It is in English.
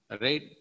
right